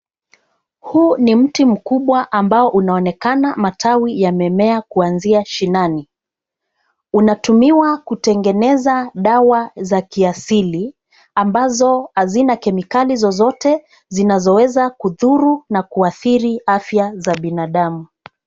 Huu ni mti mkubwa ambao unaonekana matawi yamemea kuanzia shinani. unatumiwa kutengeneza dawa za kiasili ambazo hazina kemikali zozote zinazoweza kudhuru na kuathiri afya ya binadamu.